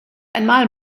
einmal